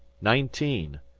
nineteen,